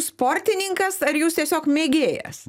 sportininkas ar jūs tiesiog mėgėjas